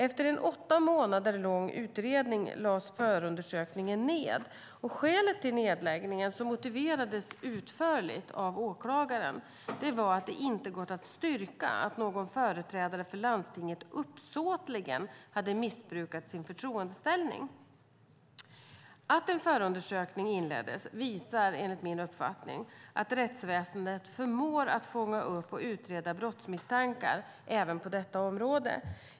Efter en åtta månader lång utredning lades förundersökningen ned. Skälet till nedläggningen - som motiverades utförligt av åklagaren - var att det inte gått att styrka att någon företrädare för landstinget uppsåtligen hade missbrukat sin förtroendeställning. Att en förundersökning inleddes visar, enligt min uppfattning, att rättsväsendet förmår att fånga upp och utreda brottsmisstankar även på detta område.